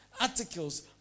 articles